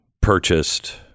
purchased